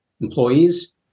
employees